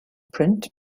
print